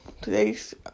Today's